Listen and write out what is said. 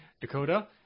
dakota